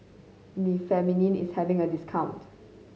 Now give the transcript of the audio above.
remifemin is having a discount